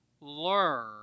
learn